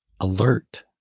alert